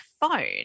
phone